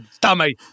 dummy